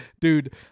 Dude